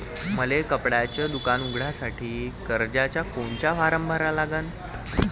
मले कपड्याच दुकान उघडासाठी कर्जाचा कोनचा फारम भरा लागन?